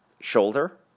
shoulder